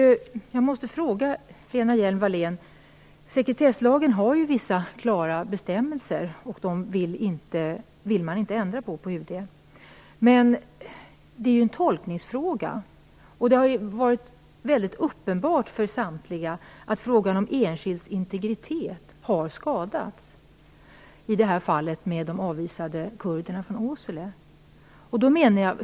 Sekretesslagen har ju vissa klara bestämmelser, och dessa vill man på UD inte ändra på. Men det är en tolkningsfråga. Det har varit väldigt uppenbart för samtliga att frågan om en enskilds integritet har skadats i fallet med de avvisade kurderna från Åsele.